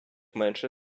менше